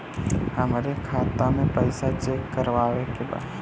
हमरे खाता मे पैसा चेक करवावे के बा?